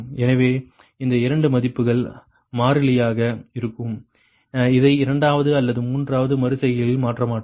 எனவே இந்த 2 மதிப்புகள் மாறிலியாக இருக்கும் அதை இரண்டாவது அல்லது மூன்றாவது மறு செய்கையில் மாற்ற மாட்டோம்